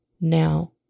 now